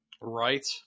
Right